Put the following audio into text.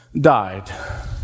died